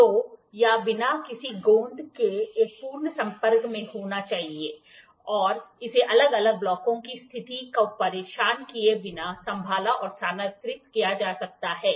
तो यह बिना किसी गोंद के एक पूर्ण संपर्क में होना चाहिए और इसे अलग अलग ब्लॉकों की स्थिति को परेशान किए बिना संभाला और स्थानांतरित किया जा सकता है